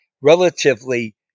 relatively